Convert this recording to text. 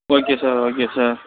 okay sir okay sir